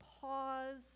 pause